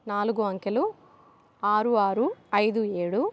నాలుగు అంకెలు ఆరు ఆరు ఐదు ఏడు